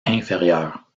inférieure